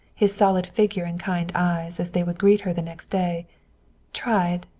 his solid figure and kind eyes as they would greet her the next day tried,